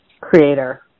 creator